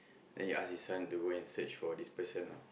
then he ask his son to go and search for this person